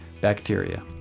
bacteria